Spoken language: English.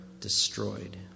destroyed